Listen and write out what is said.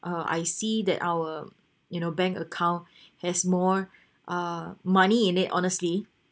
uh I see that our you know bank account has more uh money in it honestly